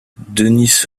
dennis